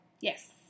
Yes